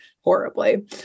horribly